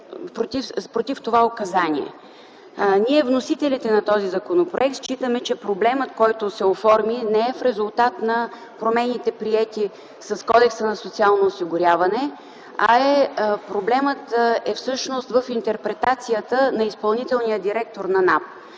против това указание. Ние, вносителите на този законопроект, считаме, че проблемът, който се оформи, не е в резултат на промените, приети с Кодекса за социално осигуряване, а проблемът всъщност е в интерпретацията на изпълнителния директор на